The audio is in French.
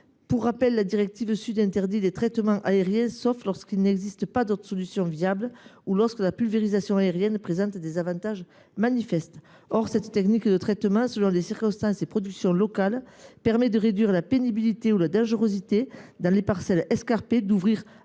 Pour rappel, la directive SUD interdit les traitements aériens, sauf lorsqu’il n’existe pas d’autre solution viable ou lorsque la pulvérisation aérienne présente des avantages manifestes. Or cette technique de traitement, selon les circonstances et productions locales, présente de nombreux avantages : elle réduit la pénibilité ou la dangerosité dans les parcelles escarpées ; elle ouvre